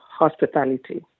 hospitality